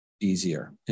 easier